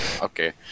Okay